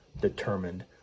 determined